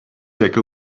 take